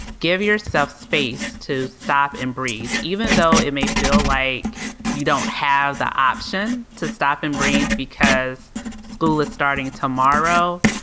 give yourself space to stop and breathe, even though it may feel like you don't have the option to stop and breathe because school is starting tomorrow,